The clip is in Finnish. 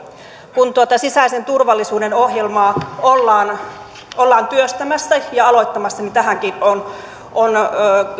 kun sisäisen turvallisuuden ohjelmaa ollaan ollaan työstämässä ja aloittamassa niin tähänkin on on